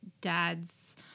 dads